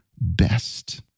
best